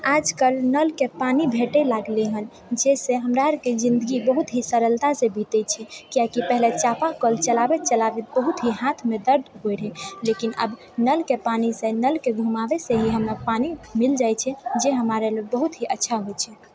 आजकल नलके पानि भेटै लागलै हँ जाहि से हमरा आरके जिन्दगी बहुत ही सरलतासँ बितैत छै किएकि पहिले चापा कल चलाबैत चलाबैत बहुत ही हाथमे दर्द होयत रहै लेकिन अब नलके पानि से नलके घुमावै से ही हमरा पानि मिल जाइत छै जे हमारे लिए बहुत ही अच्छा होइत छै